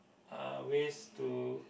uh ways to